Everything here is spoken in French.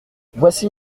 voici